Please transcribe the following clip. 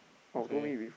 okay